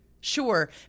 Sure